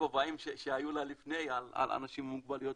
בכובעים שהיו לה לפני על אנשים עם מוגבלויות